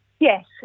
Yes